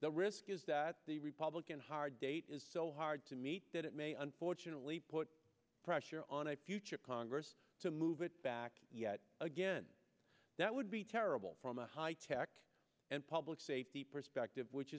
the risk is that the republican hard date is so hard to meet that it may unfortunately put pressure on a future congress to move it back yet again that would be terrible from a high tech and public safety perspective which